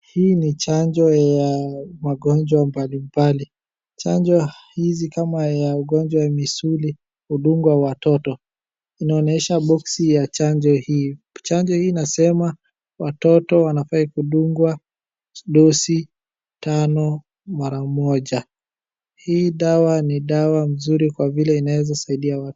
Hii ni chanjo ya magonjwa mbalimbali. Chanjo hizi kama ya ugonjwa wa misuli, hudungua watoto. Inaonesha boksi ya chanjo hii. Chanjo hii inasema watoto wanafai kudungwa dosi tano mara moja. Hii dawa ni dawa mzuri kwa vile inawezasaidia wa.....